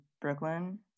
brooklyn